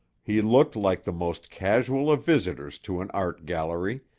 he looked like the most casual of visitors to an art-gallery,